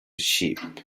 sheep